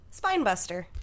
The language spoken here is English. Spinebuster